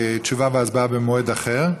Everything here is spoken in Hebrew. תשובה והצבעה במועד אחר: